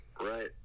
right